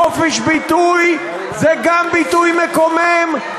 "חופש ביטוי" זה גם ביטוי מקומם,